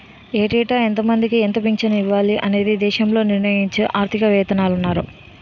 ఏటేటా ఎంతమందికి ఎంత పింఛను ఇవ్వాలి అనేది దేశంలో నిర్ణయించే ఆర్థిక వేత్తలున్నారు